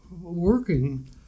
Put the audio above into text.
working